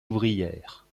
ouvrière